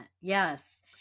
Yes